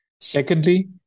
Secondly